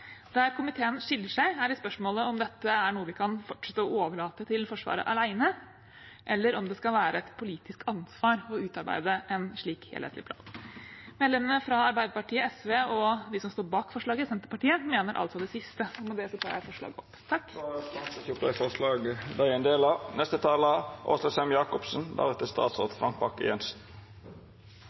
Der komiteen deler seg, er i spørsmålet om dette er noe vi kan fortsette å overlate til Forsvaret alene, eller om det skal være et politisk ansvar å utarbeide en slik helhetlig plan. Medlemmene fra Arbeiderpartiet, SV og de som står bak forslaget, Senterpartiet, mener altså det siste, og med det tar jeg opp forslaget. Representanten Marianne Marthinsen har teke opp det forslaget ho refererte til. Det er